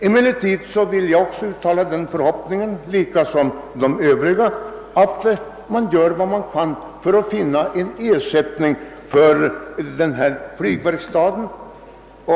Emellertid vill jag också liksom Övriga talare uttrycka den förhoppningen, att man gör vad man kan för att finna en ersättning för flygverkstaden.